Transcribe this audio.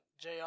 JR